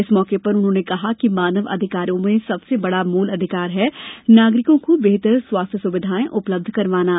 इस मौके पर उन्होंने कहा है कि मानव अधिकारों में सबसे बड़ा मूल अधिकार है नागरिकों को बेहतर स्वास्थ्य सुविधाएं उपलब्ध करवाना